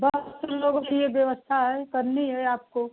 दस लोगों की ये व्यवस्था है करनी है आपको